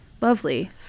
lovely